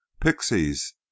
pixies